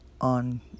on